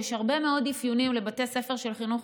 יש הרבה מאוד אפיונים לבתי ספר של חינוך